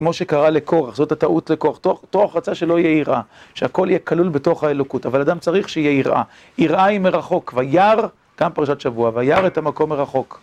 כמו שקרה לקורח, זאת הטעות לקורח, קורח רצה שלא יהיה ייראה שהכל יהיה כלול בתוך האלוקות, אבל האדם צריך שיהיה ייראה, ייראה היא מרחוק, וירא, גם פרשת שבוע, וירא את המקום מרחוק